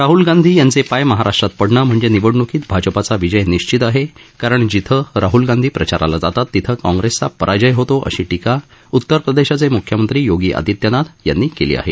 राहल गांधी यांचे पाय महाराष्ट्रात पडणे म्हणजे निवडण्कीत भाजपाचा विजय निश्चित आहे कारण जिथं राहल गांधी प्रचाराला जातात तिथं काँग्रेसचा पराजय होतो अशी टीका उत्तर प्रदेशाचे म्ख्यमंत्री योगी आदित्यनाथ यांनी केली आहे